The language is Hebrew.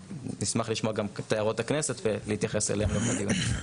נשמח לשמוע גם את הערות הכנסת ולהתייחס אליהן גם בדיונים.